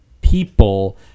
people